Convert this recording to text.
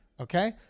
okay